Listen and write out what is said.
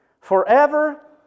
forever